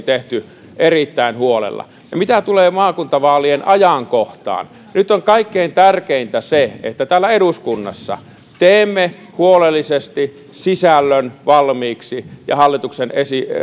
tehty erittäin huolella ja mitä tulee maakuntavaalien ajankohtaan nyt on kaikkein tärkeintä se että täällä eduskunnassa teemme huolellisesti sisällön valmiiksi ja